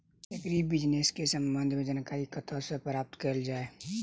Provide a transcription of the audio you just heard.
Agri business केँ संबंध मे जानकारी कतह सऽ प्राप्त कैल जाए?